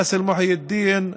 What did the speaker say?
באסל מוחיי א-דין,